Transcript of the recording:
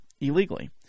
illegally